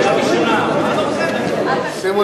במשרד שלך או במשרד, זה לא